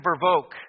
provoke